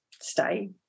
stay